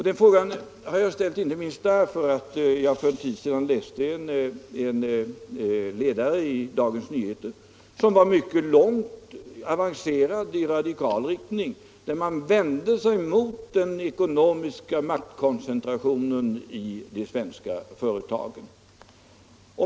Detta säger jag inte minst därför att jag för en tid sedan läste en ledare i Dagens Nyheter som var mycket långt avancerad i radikal riktning och som vände sig mot den ekonomiska maktkoncentrationen i de svenska företagen.